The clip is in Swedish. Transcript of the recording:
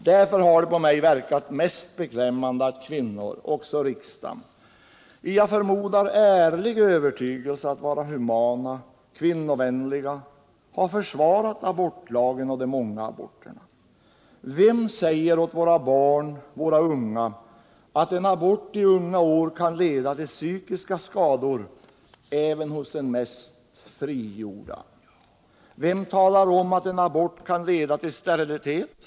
Därför har det på mig verkat mest beklämmande att kvinnor — också i riksdagen — i som jag förmodar ärlig övertygelse att vara humana och kvinnovänliga försvarat abortlagen och de många aborterna. Vem säger åt våra barn att en abort i unga år kan leda till psykiska skador, även hos den mest ”frigjorda”? Vem talar om att en abort kan leda till sterilitet?